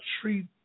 treat